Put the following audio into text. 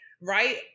right